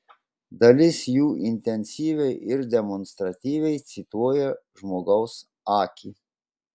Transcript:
dalis jų intensyviai ir demonstratyviai cituoja žmogaus akį